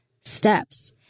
steps